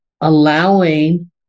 Allowing